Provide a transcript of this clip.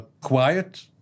quiet